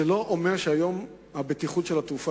זה לא אומר שהיום הבטיחות של התעופה